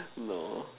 no